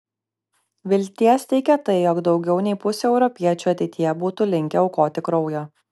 vilties teikia tai jog daugiau nei pusė europiečių ateityje būtų linkę aukoti kraujo